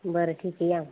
बरं ठीक आहे या